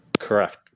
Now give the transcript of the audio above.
Correct